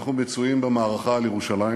אנחנו מצויים במערכה על ירושלים.